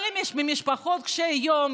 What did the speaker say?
או ממשפחות קשות יום,